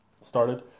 started